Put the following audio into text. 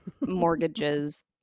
mortgages